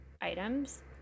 items